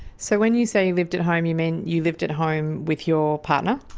so when you say you lived at home, you mean you lived at home with your partner?